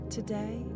Today